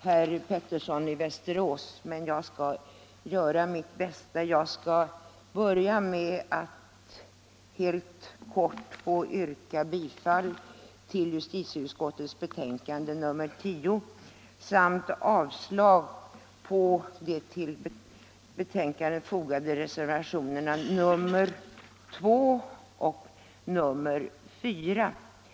herr Fredagen den Pettersson i Västerås, men jag skall göra mitt bästa. 11 april 1975 Jag börjar med att helt kort yrka bifall till justitieutskottets hemställan — i betänkandet nr 10 samt avslag på de till betänkandet fogade reserva = Brottsförebyggande tionerna 2 och 4.